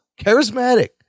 charismatic